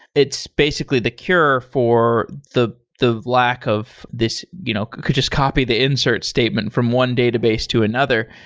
it's basically the cure for the the lack of this you know could just copy the insert statement from one database to another,